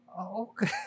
okay